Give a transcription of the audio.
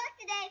today